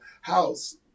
house